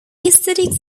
aesthetics